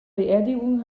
beerdigung